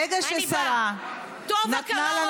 ברגע שהשרה נתנה,